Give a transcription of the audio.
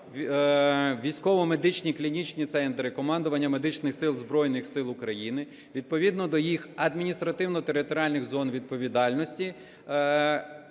військово-медичні клінічні центри Командування Медичних сил Збройних Сил України відповідно до їх адміністративно-територіальних зон відповідальності